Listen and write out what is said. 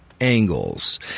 angles